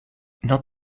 not